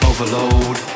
Overload